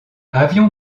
avion